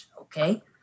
Okay